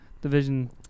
division